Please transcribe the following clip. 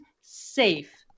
safe